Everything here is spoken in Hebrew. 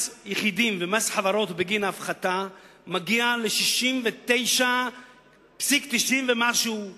יחידים ומס חברות בגין הפחתה מגיע ל-69.90 ומשהו מיליארד,